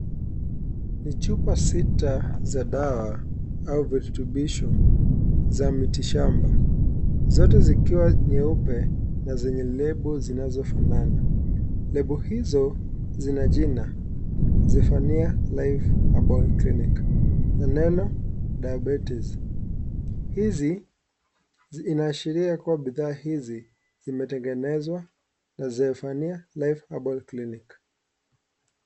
Ni chupa sita za dawa au virutubisho za miti shamba, zote zikiwa nyeupe na zenye Label zinazofanana. label hizo zina jina Zephania life herbal clinic na neno diabetes . Hizi, inaashiria kuwa bidhaa hizi zimetengenezwa na zephania life herbal clinic .